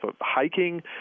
hiking